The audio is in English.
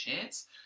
chance